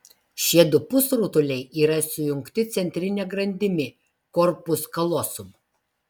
šie du pusrutuliai yra sujungti centrine grandimi korpus kalosum